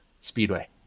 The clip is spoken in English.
speedway